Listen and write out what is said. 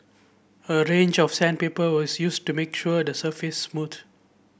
a range of sandpaper was used to make sure the surface smooth